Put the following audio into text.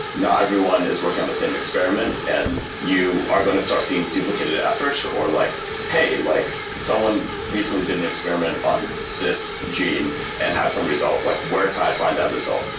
not everyone is working on the same experiment, and you are going to start seeing duplicated effort, or like hey, like someone recently did an experiment on this gene and has some result. like where can i find that result?